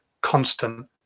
constant